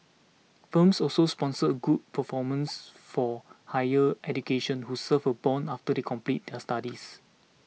firms also sponsor good performers for higher education who serve a bond after they complete their studies